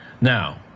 Now